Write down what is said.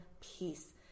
peace